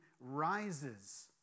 rises